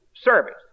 service